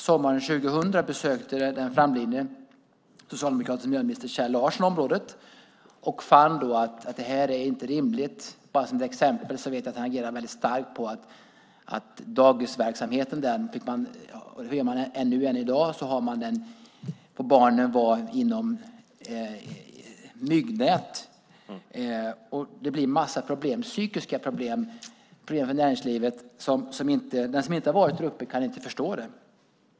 Sommaren 2000 besökte den framlidne socialdemokratiske miljöministern Kjell Larsson området och fann då att det här inte var rimligt. Bara som ett exempel vet jag att han reagerade väldigt starkt på dagisverksamheten där, och ännu i dag får barnen vistas inom myggnät. Det blir en massa problem, psykiska problem och problem för näringslivet. Den som inte har varit däruppe kan inte förstå det.